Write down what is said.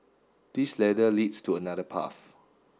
this ladder leads to another path